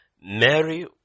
Mary